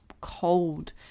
cold